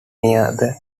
near